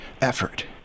effort